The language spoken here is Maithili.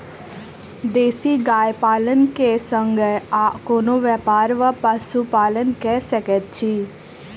देसी गाय पालन केँ संगे आ कोनों व्यापार वा पशुपालन कऽ सकैत छी?